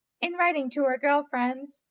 in writing to her girl friends,